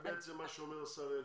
זה בעצם מה שאומר השר אלקין.